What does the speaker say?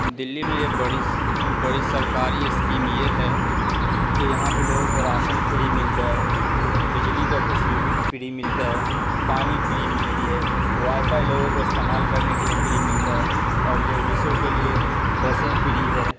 دلی میں جو بڑی بڑی سرکاری اسکیم یہ ہے کہ یہاں پہ لوگوں کو راشن فری ملتا ہے بجلی کا کچھ یونٹ فری ملتا ہے پانی فری ملتی ہے وائی فائی لوگوں کو استعمال کرنے کے لیے فری ملتا ہے اور لیڈیسوں کے لیے بسیں فری ہے